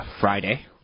Friday